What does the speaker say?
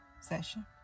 session